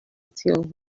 possibility